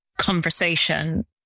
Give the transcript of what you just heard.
conversation